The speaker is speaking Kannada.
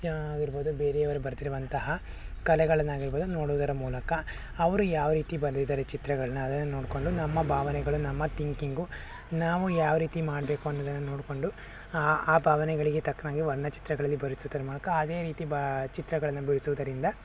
ಆಗಿರ್ಬೋದು ಬೇರೆಯವರು ಬರೆದಿರುವಂತಹ ಕಲೆಗಳನ್ನಾಗಿರ್ಬೋದು ನೋಡೋದರ ಮೂಲಕ ಅವರು ಯಾವ ರೀತಿ ಬರ್ದಿದ್ದಾರೆ ಚಿತ್ರಗಳನ್ನ ಅದನ್ನು ನೋಡಿಕೊಂಡು ನಮ್ಮ ಭಾವನೆಗಳು ನಮ್ಮ ತಿಂಕಿಂಗು ನಾವು ಯಾವ ರೀತಿ ಮಾಡಬೇಕು ಅನ್ನೋದನ್ನು ನೋಡಿಕೊಂಡು ಆ ಆ ಭಾವನೆಗಳಿಗೆ ತಕ್ಕನಾಗಿ ವರ್ಣ ಚಿತ್ರಗಳಲ್ಲಿ ಬರಿಸೋದರ ಮೂಲಕ ಅದೇ ರೀತಿ ಬ ಚಿತ್ರಗಳನ್ನು ಬಿಡಿಸೋದರಿಂದ